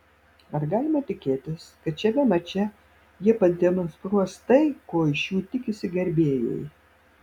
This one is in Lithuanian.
ar galima tikėtis kad šiame mače jie pademonstruos tai ko iš jų tikisi gerbėjai